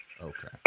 Okay